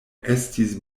estis